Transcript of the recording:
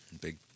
Big